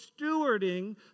stewarding